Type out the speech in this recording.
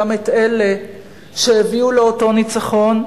גם את אלה שהביאו לאותו ניצחון.